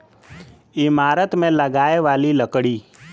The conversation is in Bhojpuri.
ईमारत मे लगाए वाली लकड़ी